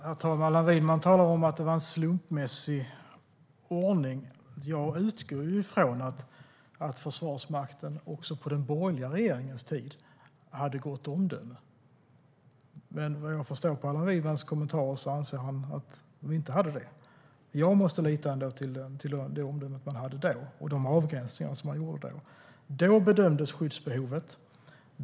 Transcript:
Herr talman! Allan Widman talar om att det var en slumpmässig ordning. Jag utgår ju ifrån att Försvarsmakten också på den borgerliga regeringens tid hade gott omdöme. Men vad jag förstår på Allan Widmans kommentarer anser han att de inte hade det. Jag måste ändå lita till det omdöme som man hade då och de avgränsningar som man gjorde då. Då bedömdes skyddsbehovet.